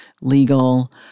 legal